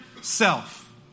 self